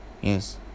Yes